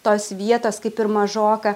tos vietos kaip ir mažoka